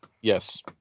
Yes